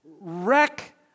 wreck